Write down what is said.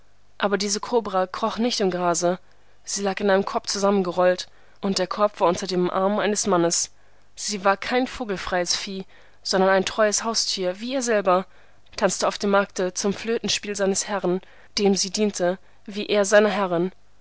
aber diese kobra kroch nicht im grase sie lag in einem korb zusammengerollt und der korb war unter dem arm eines mannes sie war kein vogelfreies vieh sondern ein treues haustier wie er selber tanzte auf dem markte zum flötenspiel seines herrn dem sie diente wie er seiner herrin